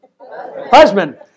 Husband